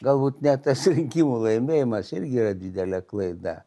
galbūt net tas rinkimų laimėjimas irgi yra didelė klaida